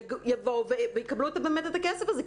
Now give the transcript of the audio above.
יבואו ויקבלו באמת את הכסף הזה,